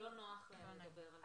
נוח לדבר על זה.